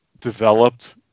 developed